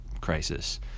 crisis